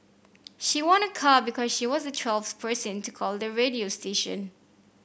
she won a car because she was the twelfth person to call the radio station